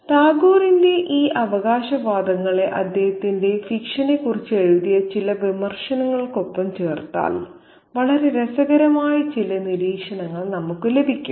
ടാഗോറിന്റെ ഈ അവകാശവാദങ്ങളെ അദ്ദേഹത്തിന്റെ ഫിക്ഷനെക്കുറിച്ച് എഴുതിയ ചില വിമർശനങ്ങൾക്കൊപ്പം ചേർത്താൽ വളരെ രസകരമായ ചില നിരീക്ഷണങ്ങൾ നമുക്ക് ലഭിക്കും